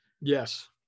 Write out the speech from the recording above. Yes